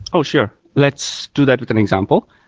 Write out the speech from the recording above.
oh, sure. let's do that with an example.